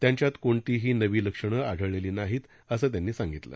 त्यांच्यात कोणतीही नवी लक्षणे आढळलेली नाहीत असं त्यांनी सांगितलं